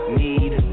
need